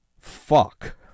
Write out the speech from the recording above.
Fuck